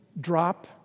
drop